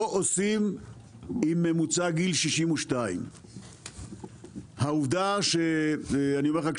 לא עושים עם ממוצע גיל 62. אני עוד מעט חודשיים בתפקיד.